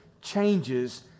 changes